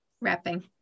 wrapping